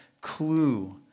clue